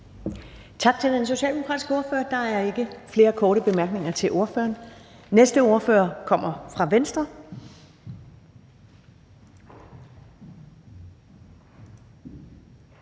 Tak til den socialdemokratiske ordfører. Der er ikke flere korte bemærkninger til ordføreren. Den næste ordfører kommer fra Venstre.